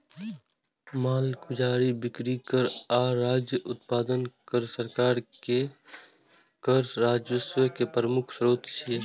मालगुजारी, बिक्री कर आ राज्य उत्पादन कर सरकार के कर राजस्व के प्रमुख स्रोत छियै